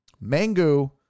Mango